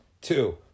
Two